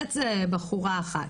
סט זה בחורה אחת,